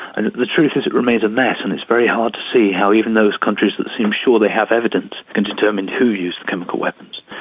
and the truth is it remains a mess, and it's very hard to see how even those countries that seem sure they have evidence can determine who used chemical weapons.